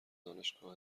دانشگاه